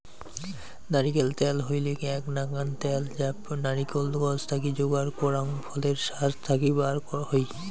নারিকোল ত্যাল হইলেক এ্যাক নাকান ত্যাল যা নারিকোল গছ থাকি যোগার করাং ফলের শাস থাকি বার হই